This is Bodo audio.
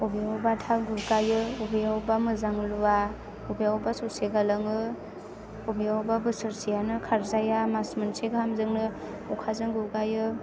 बबेयावबा थाल गुगायो बबेयावबा मोजां लुवा बबेयावबा ससे गालाङो बबेयावबा बोसोरसेयानो खारजाया मास मोनसे गाहामजोंनो अखाजों गुगायो